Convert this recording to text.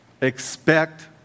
expect